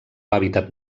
hàbitat